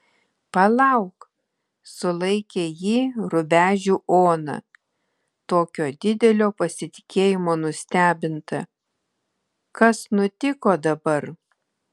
palauk sulaikė jį rubežių ona tokio didelio pasitikėjimo nustebinta kas nutiko dabar